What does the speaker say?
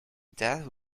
that